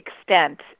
extent